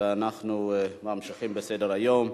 ואנחנו ממשיכים בסדר-היום.